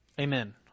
Amen